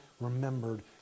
remembered